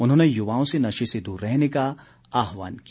उन्होंने युवाओं से नशे से दूर रहने का आह्वान किया